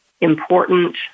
important